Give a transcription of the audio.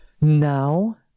now